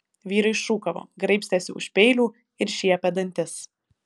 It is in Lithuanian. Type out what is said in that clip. vyrai šūkavo graibstėsi už peilių ir šiepė dantis